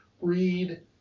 read